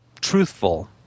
truthful